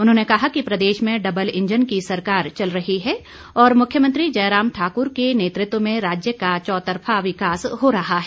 उन्होंने कहा कि प्रदेश में डबल इंजन की सरकार चल रही है और मुख्यमंत्री जयराम ठाकुर के नेतृत्व में राज्य का चौतरफा विकास हो रहा है